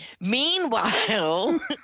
Meanwhile